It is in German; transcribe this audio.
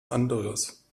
anderes